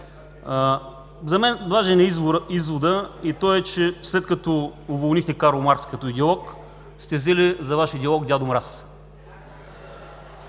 За мен е важен изводът и той е, че, след като уволнихте Карл Маркс като идеолог, сте взели за Ваш идеолог Дядо Мраз